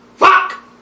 Fuck